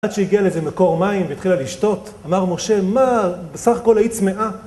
עד שהגיע לזה מקור מים והתחילה לשתות אמר משה מה בסך הכל היית צמאה